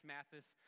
Mathis